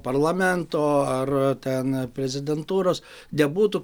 parlamento ar ten prezidentūros nebūtų